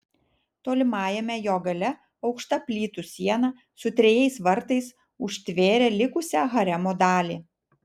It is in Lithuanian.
tolimajame jo gale aukšta plytų siena su trejais vartais užtvėrė likusią haremo dalį